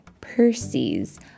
Percy's